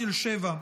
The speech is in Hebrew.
מתל שבע,